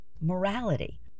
morality